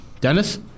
Dennis